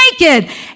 naked